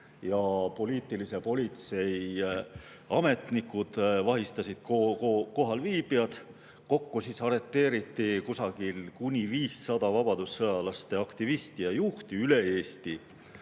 Poliitilise politsei ametnikud vahistasid kohalviibijad. Kokku arreteeriti kuni 500 vabadussõjalaste aktivisti ja juhti üle Eesti.